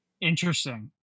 Interesting